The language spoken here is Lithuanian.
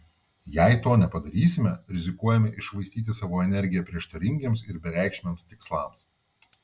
jei to nepadarysime rizikuojame iššvaistyti savo energiją prieštaringiems ir bereikšmiams tikslams